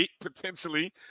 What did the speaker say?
potentially